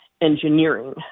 engineering